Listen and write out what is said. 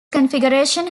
configuration